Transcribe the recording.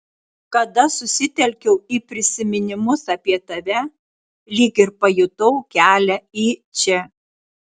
kada susitelkiau į prisiminimus apie tave lyg ir pajutau kelią į čia